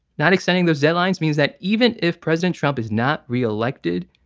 not extending those deadlines means that even if president trump is not reelected,